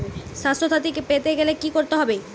স্বাস্থসাথী পেতে গেলে কি করতে হবে?